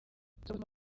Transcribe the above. gutuma